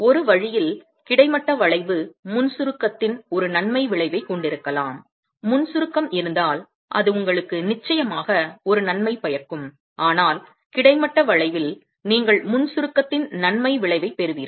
ஒரு வழியில் கிடைமட்ட வளைவு முன் சுருக்கத்தின் ஒரு நன்மை விளைவைக் கொண்டிருக்கலாம் முன் சுருக்கம் இருந்தால் அது உங்களுக்கு நிச்சயமாக ஒரு நன்மை பயக்கும் ஆனால் கிடைமட்ட வளைவில் நீங்கள் முன் சுருக்கத்தின் நன்மை விளைவைப் பெறுவீர்கள்